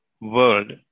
world